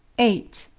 eight.